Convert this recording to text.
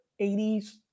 80s